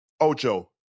Ocho